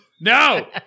No